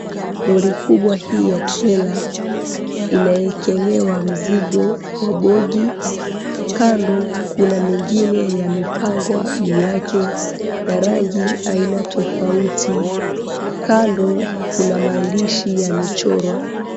Lori kubwa hii ya trela inawekelewa mzigo wa bogi kando kuna mengine yamepangwa juu yake ya rangi aina tofauti, kando kuna maandishi yamechorwa.